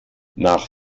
nach